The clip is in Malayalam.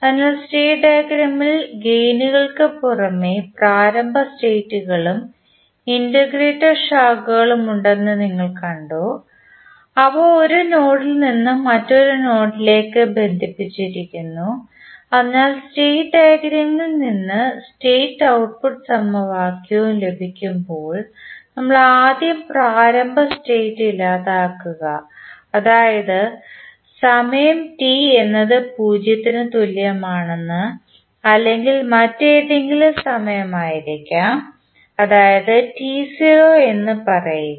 അതിനാൽ സ്റ്റേറ്റ് ഡയഗ്രാമിൽ ഗേയിനുകൾക് പുറമേ പ്രാരംഭ സ്റ്റേറ്റുകളും ഇന്റഗ്രേറ്റർ ശാഖകളും ഉണ്ടെന്ന് നിങ്ങൾ കണ്ടു അവ ഒരു നോഡിൽ നിന്ന് മറ്റൊരു നോഡിലേക്ക് ബന്ധിപ്പിക്കുന്നു അതിനാൽ സ്റ്റേറ്റ് ഡയഗ്രാമിൽ നിന്ന് സ്റ്റേറ്റ് ഔട്ട്പുട്ട്സമവാക്യവും ലഭിക്കുമ്പോൾ നമ്മൾ ആദ്യം പ്രാരംഭ സ്റ്റേറ്റ് ഇല്ലാതാക്കുക അതായത് സമയം t എന്നത് 0 ന് തുല്യമാണെന്ന് അല്ലെങ്കിൽ മറ്റേതെങ്കിലും സമയമായിരിക്കാം അതായത് t0 എന്ന് പറയുക